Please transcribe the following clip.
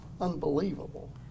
unbelievable